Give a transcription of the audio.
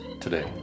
today